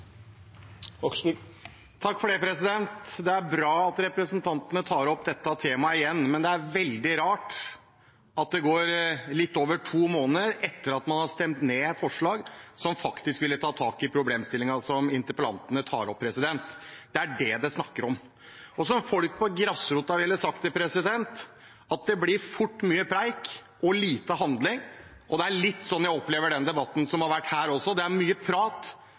Det er bra at representantene tar opp dette temaet igjen, men det er veldig rart at det skjer litt over to måneder etter at man har stemt ned forslag som faktisk ville tatt tak i problemstillingen som interpellantene tar opp. Det er det det er snakk om. Og som folk på grasrota ville sagt: Det blir fort mye preik og lite handling. Det er litt sånn jeg opplever den debatten som har vært her – det er mye prat